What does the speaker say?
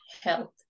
health